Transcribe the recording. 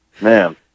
man